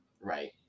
right